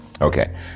Okay